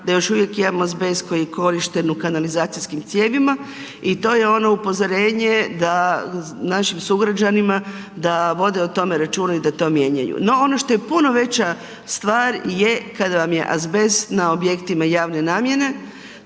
da još uvijek imamo azbest koji je korišten u kanalizacijskim cijevima i to je ono upozorenje da našim sugrađanima i da vode o tome računa i da to mijenjaju. No, ono što je puno veća stvar je kada vam je azbest na objektima javne nabave.